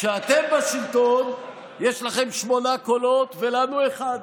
כשאתם בשלטון יש להם שמונה קולות ולנו אחד,